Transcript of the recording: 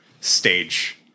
stage